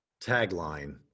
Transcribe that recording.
tagline